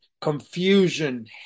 confusion